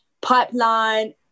pipeline